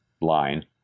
line